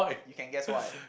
you can guess why